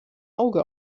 auge